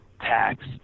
tax